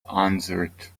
answered